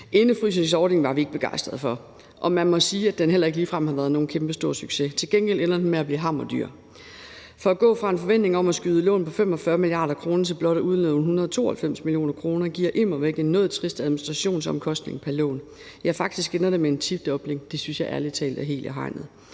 Indefrysningsordningen var vi ikke begejstrede for, og man må sige, at den heller ikke ligefrem har været nogen kæmpestor succes. Til gengæld ender den med at blive hammerdyr. For at gå fra en forventning om at skyde lån ind på 45 mia. kr. til blot at udlåne 192 mio. kr. giver immer væk en noget trist administrationsomkostning pr. lån. Ja, faktisk ender det med en tidobling. Det synes jeg ærlig talt er helt i hegnet.